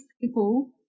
people